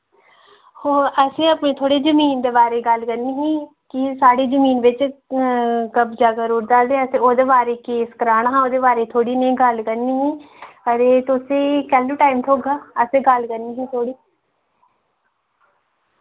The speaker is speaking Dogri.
ओह् असें अपने थोह्ड़े जमीन दे बारे च गल्ल करनी ही कि साढ़ी जमीन बिच कब्जा करी ओड़ा दा ते असें ओह्दे बारे केस कराना हा ओह्दे बारे थोह्ड़ी नेही गल्ल करनी ही हां ते तुसें कैह्लूं टाइम थ्होगा असें गल्ल करनी ही थोह्ड़ी